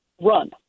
run